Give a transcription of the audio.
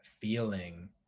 feeling